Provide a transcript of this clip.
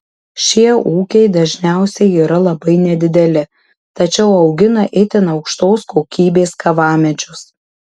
šie ūkiai dažniausiai yra labai nedideli tačiau augina itin aukštos kokybės kavamedžius